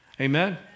Amen